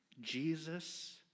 Jesus